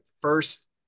first